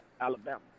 Alabama